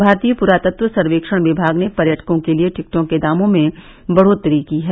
भारतीय पुरातत्व सर्वेक्षण विमाग ने पर्यटकों के लिये टिकटों के दामों में बढ़ोत्तरी की है